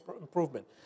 improvement